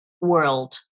world